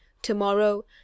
Tomorrow